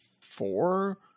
four